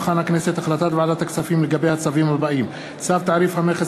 החלטת ועדת הכספים לגבי הצווים הבאים: צו תעריף המכס